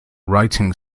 writing